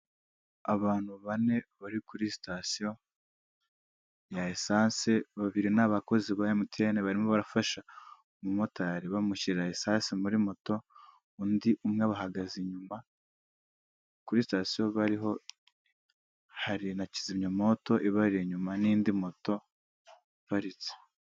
Abantu bane bari kuri sitasiyo ya esanse, babiri n'abakozi ba MTN barimo barafasha umumotari bamushyirarira esanse muri moto, undi umwe abahagaze inyuma, kuri sitasiyo bariho, hari na kizimyamwoto ibari inyuma n'indi moto iparitse.